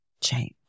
change